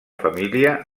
família